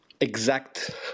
exact